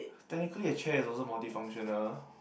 technically a chair is also multi functional